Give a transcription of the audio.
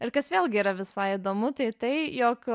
ir kas vėlgi yra visai įdomu tai tai jog